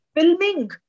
filming